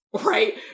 right